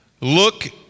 look